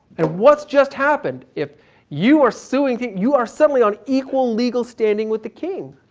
and what's just happened if you are so and you are suddenly on equal legal standing with the king?